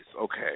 Okay